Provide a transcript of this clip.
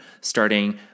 starting